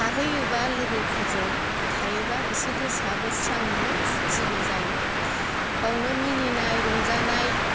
थाहैयोबा लोगोफोरजों थायोबा इसे गोसोआबो स्रां मोनो फुरथिबो जायो बेयावनो मिनिनाय रंजानाय